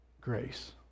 grace